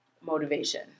Motivation